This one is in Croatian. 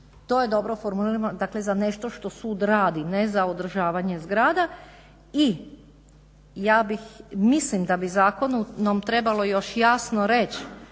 To je dobro formulirano dakle za nešto što sud radi, ne za održavanje zgrada. I ja bih mislim da bi zakonom trebalo još jasno reći